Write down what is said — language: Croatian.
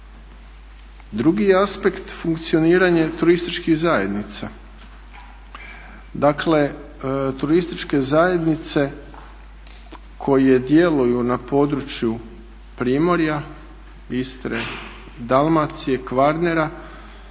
Drugi je aspekt funkcioniranje turističkih zajednica. Dakle turističke zajednice koje djeluju na području primorja, Istre, Dalmacije, Kvarnera